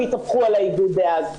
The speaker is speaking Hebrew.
והתהפכו על האיגוד דאז.